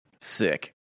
Sick